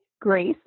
Grace